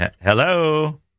Hello